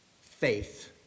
faith